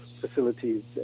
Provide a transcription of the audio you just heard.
facilities